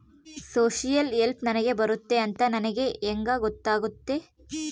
Social help ನನಗೆ ಬರುತ್ತೆ ಅಂತ ನನಗೆ ಹೆಂಗ ಗೊತ್ತಾಗುತ್ತೆ?